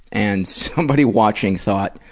and somebody watching thought,